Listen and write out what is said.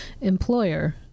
employer